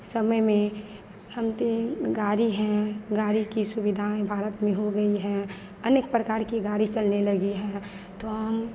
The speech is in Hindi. समय में हम तीन गाड़ी हैं गाड़ी की सुविधाएँ भारत में हो गई हैं अनेक प्रकार की गाड़ी चलने लगी हैं तो हम